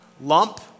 lump